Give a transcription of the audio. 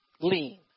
lean